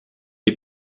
est